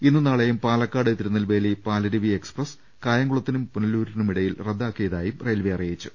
ഇന്നും നാളെയും പാലക്കാട് തിരുനെൽവേലി പാലരുവി എക്സ്പ്രസ് കായംകുളത്തിനും പുനലൂരിനുമിടയിൽ റദ്ദാക്കിയ തായും റെയിൽവെ അറിയിച്ചു